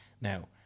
Now